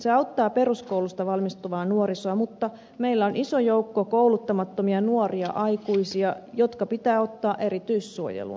se auttaa peruskoulusta valmistuvaa nuorisoa mutta meillä on iso joukko kouluttamattomia nuoria aikuisia jotka pitää ottaa erityissuojeluun